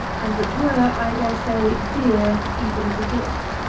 and which were, i dare say, dear even as a gift.